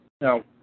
Now